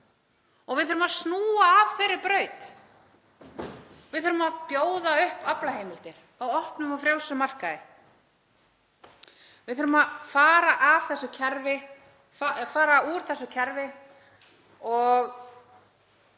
Við þurfum að snúa af þeirri braut. Við þurfum að bjóða upp aflaheimildir á opnum og frjálsum markaði. Við þurfum að fara úr þessu kerfi,